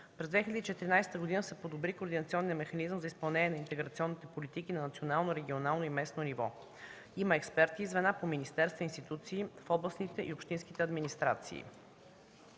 През 2014 г. се подобри координационният механизъм за изпълнение на интеграционните политики на национално, регионално и местно ниво, има експертни звена по министерства и институции в областните и общинските администрации.